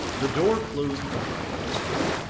the door closed behind osborne,